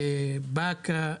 בבאקה,